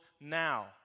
now